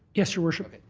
yes, your worship.